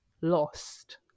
lost